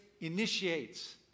initiates